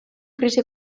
krisi